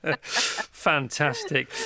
Fantastic